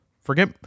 Forget